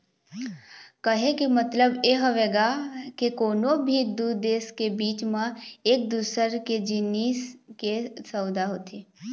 कहे के मतलब ये हवय गा के कोनो भी दू देश के बीच म एक दूसर के जिनिस के सउदा होथे